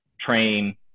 train